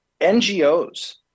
NGOs